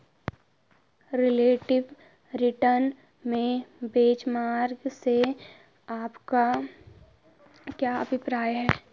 Relative return में benchmark से आपका क्या अभिप्राय है?